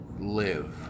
live